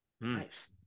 Nice